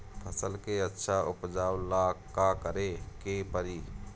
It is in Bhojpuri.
फसल के अच्छा उपजाव ला का करे के परी?